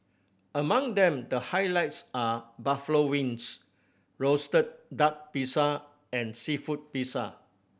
among them the highlights are buffalo wings roasted duck pizza and seafood pizza